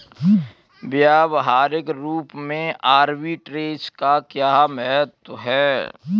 व्यवहारिक रूप में आर्बिट्रेज का क्या महत्व है?